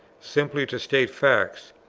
simply to state facts,